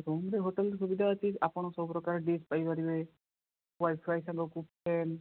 ଏ ତୁମକୁ ତ ହୋଟେଲରେ ସୁବିଧା ଅଛି ଆପଣ ସବୁପ୍ରକାର ଡ୍ରିସ୍ ପାଇପାରିବେ ୱାଇଫାଇ ସାଙ୍ଗକୁ ଫ୍ୟାନ୍